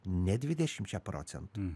ne dvidešimčia procentų